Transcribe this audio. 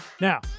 Now